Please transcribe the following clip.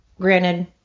granted